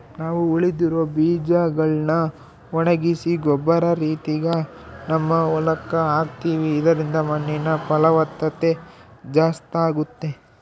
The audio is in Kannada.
ನಾವು ಉಳಿದಿರೊ ಬೀಜಗಳ್ನ ಒಣಗಿಸಿ ಗೊಬ್ಬರ ರೀತಿಗ ನಮ್ಮ ಹೊಲಕ್ಕ ಹಾಕ್ತಿವಿ ಇದರಿಂದ ಮಣ್ಣಿನ ಫಲವತ್ತತೆ ಜಾಸ್ತಾಗುತ್ತೆ